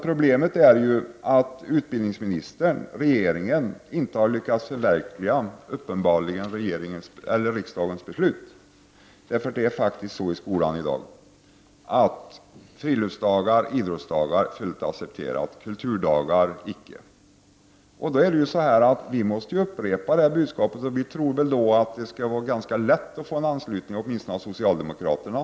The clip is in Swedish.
Problemet är i stället att utbildningsministern, regeringen, uppenbarligen inte har lyckats förverkliga riksdagens beslut. Det är faktiskt så i skolan i dag att friluftsdagar och idrottsdagar är fullt accepterade, kulturdagar är det däremot icke. Vi måste då upprepa vårt budskap, och vi tror att det skulle kunna vara ganska lätt att få anslutning åtminstone av socialdemokraterna.